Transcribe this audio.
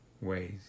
ways